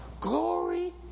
glory